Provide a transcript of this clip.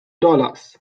dollars